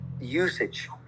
usage